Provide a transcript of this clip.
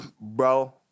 bro